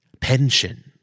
Pension